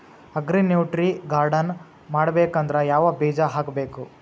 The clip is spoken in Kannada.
ಅಗ್ರಿ ನ್ಯೂಟ್ರಿ ಗಾರ್ಡನ್ ಮಾಡಬೇಕಂದ್ರ ಯಾವ ಬೀಜ ಹಾಕಬೇಕು?